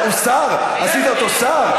עשית אותו שר?